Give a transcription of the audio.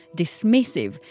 dismissive,